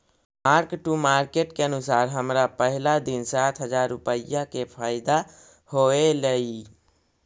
mark to market के अनुसार हमरा पहिला दिन सात हजार रुपईया के फयदा होयलई